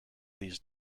these